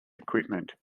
equipment